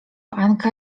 anka